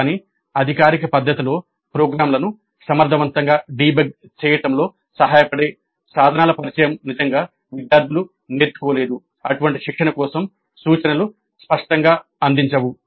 కానీ అధికారిక పద్ధతిలో ప్రోగ్రామ్లను సమర్థవంతంగా డీబగ్ చేయడంలో సహాయపడే సాధనాల పరిచయం నిజంగా విద్యార్థులు నేర్చుకోలేదు అటువంటి శిక్షణ కోసం సూచనలు స్పష్టంగా అందించవు